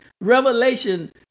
Revelation